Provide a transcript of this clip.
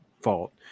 fault